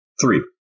Three